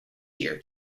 year